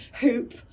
hoop